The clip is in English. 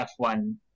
F1